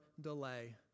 delay